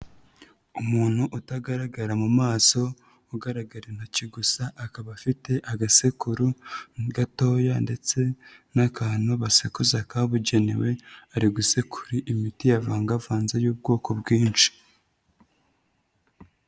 Umuntu utagaragara mu maso, ugaragara intoki gusa, akaba afite agasekuru gatoya ndetse n'akantu basekuza kabugenewe, ari gusekura imiti yavangavanze y'ubwoko bwinshi.